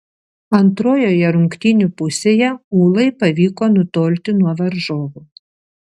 antrojoje rungtynių pusėje ūlai pavyko nutolti nuo varžovų